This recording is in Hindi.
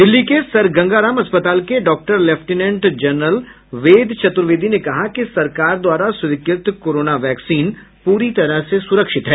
दिल्ली के सर गंगाराम अस्पताल के doctor lieutenant general Ved Chaturvedi ने कहा कि सरकार द्वारा स्वीकृत कोरोना वैक्सीन पूरी तरह से सूरक्षित है